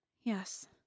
Yes